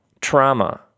trauma